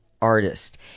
artist